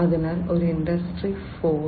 അതിനാൽ ഒരു ഇൻഡസ്ട്രി 4